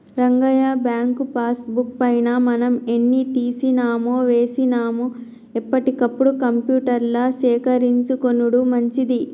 Rangayya bank passbook పైన మనం ఎన్ని తీసినామో వేసినాము ఎప్పటికప్పుడు కంప్యూటర్ల సేకరించుకొనుడు మంచిది